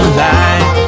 light